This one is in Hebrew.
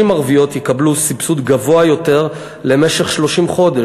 ערביות יקבלו סבסוד גבוה יותר למשך 30 חודש,